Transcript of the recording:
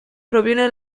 proviene